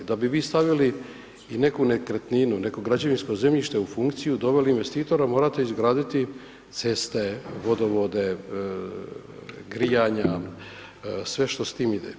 Da bi vi stavili i neku nekretninu, neko građevinsko zemljište u funkciju, doveli investitora, morate izgraditi ceste, vodovode, grijanja, sve što s tim ide.